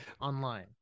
online